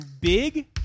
big